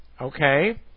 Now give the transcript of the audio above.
okay